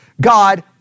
God